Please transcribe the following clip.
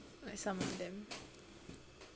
like some of them